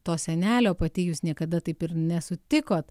to senelio pati jūs niekada taip ir nesutikot